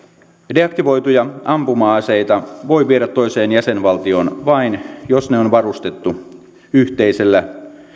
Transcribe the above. deaktivoituja ampuma aseita voi viedä toiseen jäsenvaltioon vain jos ne on varustettu yhteisellä